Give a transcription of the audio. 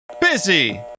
Busy